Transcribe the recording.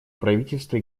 правительства